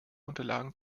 unterlagen